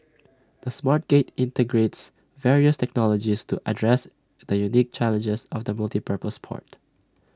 the smart gate integrates various technologies to address the unique challenges of A multipurpose port